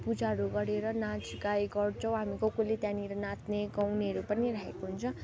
पूजाहरू गरेर नाचगान गर्छौँ हामी को कोले त्यहाँनिर नाच्ने गाउनेहरू पनि राखेको हुन्छ र